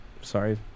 Sorry